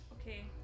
Okay